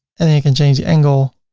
and then you can change the angle